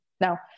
Now